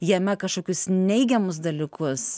jame kažkokius neigiamus dalykus